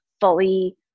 fully